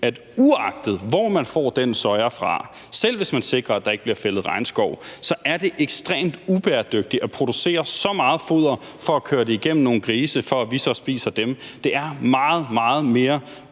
at uagtet hvor man får den soja fra – selv hvis man sikrer, at der ikke bliver fældet regnskov – så er det ekstremt ubæredygtigt at producere så meget foder for at køre det igennem nogle grise, for at vi så kan spise dem. Det er meget, meget mere